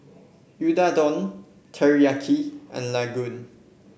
Unadon Teriyaki and Ladoo